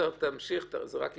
גיא, ככל שתמשיך זה רק יסבך.